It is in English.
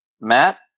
Matt